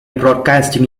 broadcasting